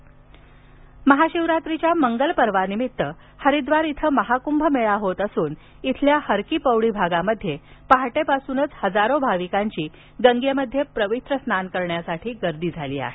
हुरिद्वार महाशिवरात्रीच्या मंगल पर्वानिमित्त हरिद्वार येथे महाकुंभ मेळा होत असून येथील हर की पौडी भागात पहाटेपासूनच हजारो भाविकांची गंगेमध्ये पवित्र स्नान करण्यासाठी गर्दी झाली आहे